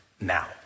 now